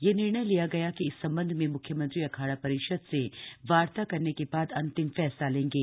यह निर्णय लिया गया कि इस सम्बन्ध में मुख्यमंत्री अखाड़ा परिषद् से वार्ता करने के बाद अंतिम फ्सला लेंगे